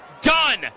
done